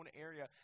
area